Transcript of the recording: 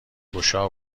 گشا